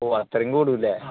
ഓ അത്രേം കൂടുല്ലേ